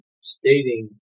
stating